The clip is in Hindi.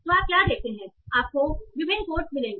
तो आप क्या देखते हैं आपको विभिन्न कोट्स मिलेंगे